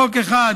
חוק אחד,